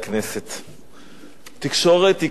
תקשורת היא כלי ביטוי והיא כלי ביטוי חשוב.